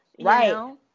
Right